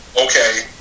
Okay